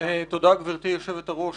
תודה גבירתי יושבת הראש.